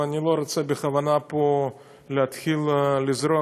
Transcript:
אבל אני בכוונה לא רוצה פה להתחיל לזרוק,